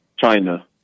China